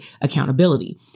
accountability